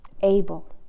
able